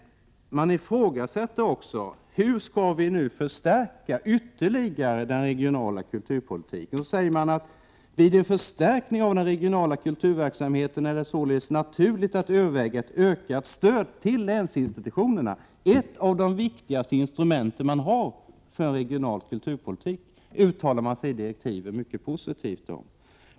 Man frågar sig också hur den regionala kulturpolitiken skall kunna förstärkas ytterligare. Man säger att det vid en förstärkning av den regionala kulturverksamheten således är naturligt att överväga ett ökat stöd till länsinstitutionerna. I direktiven uttalar man sig alltså mycket positivt om ett av de viktigaste instrumenten för regional kulturpolitik.